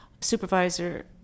supervisor